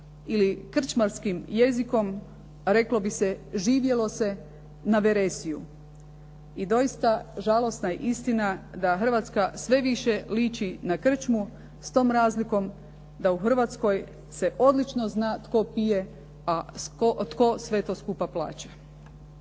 ili krčmarskim jezikom, a reklo bi se, "živjelo se na veresiju". I doista žalosna je istina da Hrvatska sve više liči na krčmu s tom razlikom da u Hrvatskoj se odlično zna tko pije a tko sve to skupa plaća.